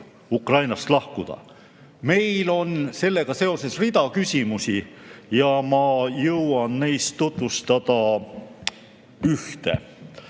Ukrainast lahkuda. Meil on sellega seoses hulk küsimusi ja ma jõuan neist tutvustada ühte.